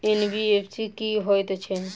NBFC की हएत छै?